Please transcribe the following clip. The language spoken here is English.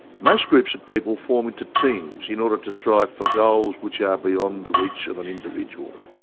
most groups of people form into teams in order to strive for goals which are beyond the reach of an individual.